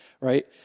right